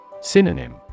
Synonym